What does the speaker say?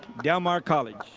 del mar college.